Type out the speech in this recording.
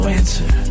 answer